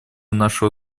нашего